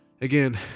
again